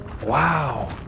Wow